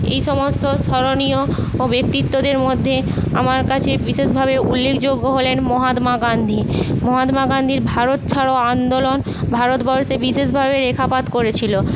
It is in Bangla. এই সমস্ত স্মরণীয় ও ব্যক্তিত্বদের মধ্যে আমার কাছে বিশেষভাবে উল্লেখযোগ্য হলেন মহাত্মা গান্ধী মহাত্মা গান্ধীর ভারত ছাড়ো আন্দোলন ভারতবর্ষে বিশেষভাবে রেখাপাত করেছিল